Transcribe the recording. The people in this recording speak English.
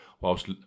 whilst